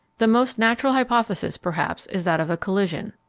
the most natural hypothesis, perhaps, is that of a collision.